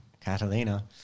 Catalina